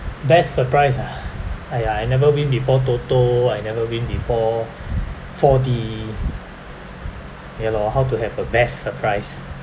best surprise uh !aiya! I never win before toto I never win before four_D ya lor how to have a best surprise